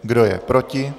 Kdo je proti?